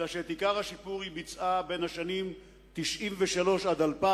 אלא שאת עיקר השיפור היא ביצעה בין השנים 1993 ו-2000,